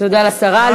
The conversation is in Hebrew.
תודה לשרה.